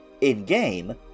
In-game